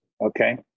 Okay